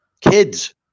Kids